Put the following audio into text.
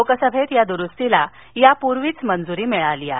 लोकसभेत ह्या दुरुस्तीला या आधीच मंजूरी मिळाली आहे